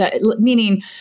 meaning